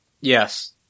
Yes